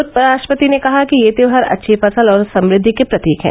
उपराष्ट्रपति ने कहा कि ये त्यौहार अच्छी फसल और समृद्धि के प्रतीक हैं